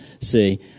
see